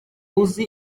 uzi